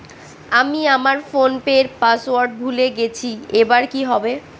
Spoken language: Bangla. আমি আমার ফোনপের পাসওয়ার্ড ভুলে গেছি এবার কি হবে?